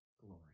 glory